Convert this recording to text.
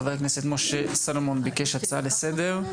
חבר הכנסת משה סלומון ביקשה הצעה לסדר,